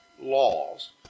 laws